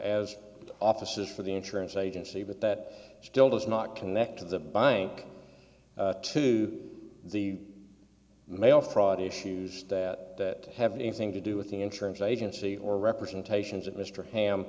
as offices for the insurance agency but that still does not connect to the bank to the mail fraud issues that have anything to do with the insurance agency or representations of mr ham